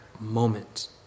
moment